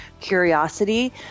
curiosity